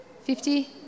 fifty